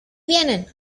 vienen